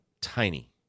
tiny